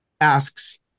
asks